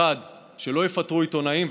שלא יפטרו עיתונאים,